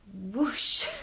whoosh